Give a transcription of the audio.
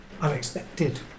unexpected